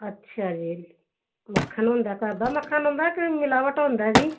ਅੱਛਾ ਜੀ ਮੱਖਣ ਹੁੰਦਾ ਘਰ ਦਾ ਮੱਖਣ ਹੁੰਦਾ ਕੇ ਮਿਲਾਵਟ ਹੁੰਦਾ ਜੀ